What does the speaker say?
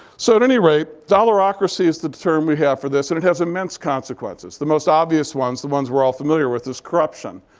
so at any rate, dollarocracy is the term we have for this. and it has immense consequences. the most obvious ones, the ones we're all familiar with, is corruption.